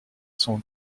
son